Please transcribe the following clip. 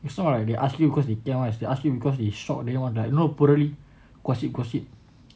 it's not like they ask you because you cannot they ask you because he shock didn't wanna like you know புரளி:purali gossip gossip